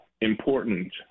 important